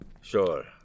Sure